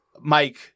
Mike